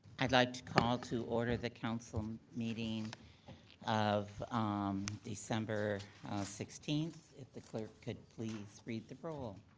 i'd like to call to order the council meeting of um december sixteenth. if the clerk could please read the roll?